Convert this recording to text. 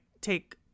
take